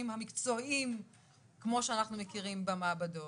המקצועיים כמו שאנחנו מכירים במעבדות,